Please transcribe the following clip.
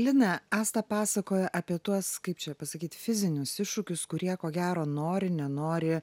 lina asta pasakoja apie tuos kaip čia pasakyt fizinius iššūkius kurie ko gero nori nenori